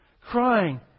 crying